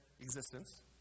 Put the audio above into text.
existence